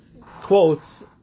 quotes